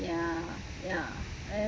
ya ya and